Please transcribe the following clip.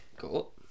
Cool